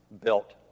built